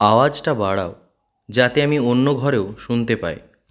আওয়াজটা বাড়াও যাতে আমি অন্য ঘরেও শুনতে পাই